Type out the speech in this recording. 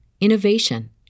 innovation